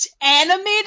animated